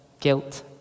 guilt